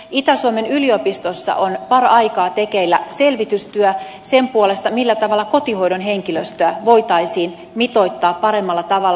itä suomen yliopistossa on paraikaa tekeillä selvitystyö sen puolesta millä tavalla kotihoidon henkilöstöä voitaisiin mitoittaa paremmalla tavalla